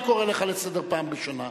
אני קורא אותך לסדר פעם ראשונה.